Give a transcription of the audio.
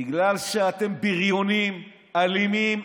בגלל שאתם בריונים אלימים,